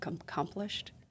accomplished